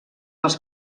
els